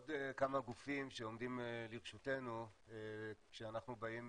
עוד כמה גופים שעומדים לרשותנו כשאנחנו באים